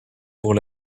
pour